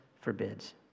forbids